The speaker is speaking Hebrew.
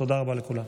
תודה רבה לכולם.